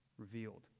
Revealed